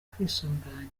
kwisuganya